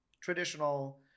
traditional